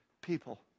people